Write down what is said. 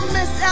Miss